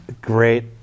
great